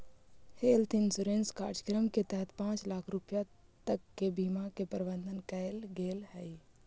health insurance कार्यक्रम के तहत पांच लाख रुपया तक के बीमा के प्रावधान कैल गेल हइ